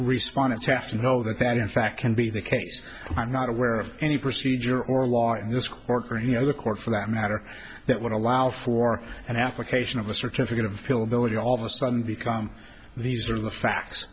respond it's have to know that that in fact can be the case i am not aware of any procedure or law in this court or any other court for that matter that would allow for an application of a certificate of real ability all of a sudden become these are the facts